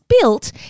built